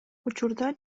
учурда